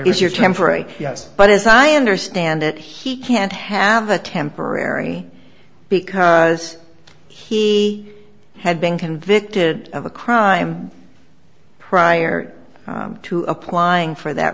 is your temporary yes but as i understand it he can't have a temporary because he had been convicted of a crime prior to applying for that